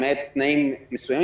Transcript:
למעט תנאים מסוימים,